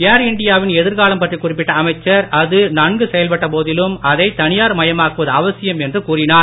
ஏர் இண்டியாவின் எதிர்காலம் பற்றி குறிப்பிட்ட அமைச்சர் அது நன்கு செயல்பட்ட போதிலும் அதை தனியார் மயமாக்குவது அவசியம் என்று அவர் கூறினார்